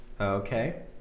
Okay